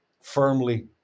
firmly